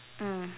mm